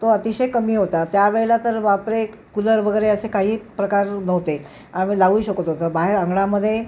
तो अतिशय कमी होता त्यावेळेला तर बापरे कूलर वगैरे असे काही प्रकार नव्हते आम्ही लावू शकत होतो बाहेर अंगणामध्ये